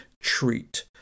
treat